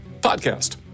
podcast